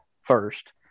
first